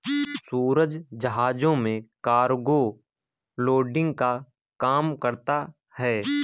सूरज जहाज में cargo loading का काम करता है